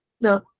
no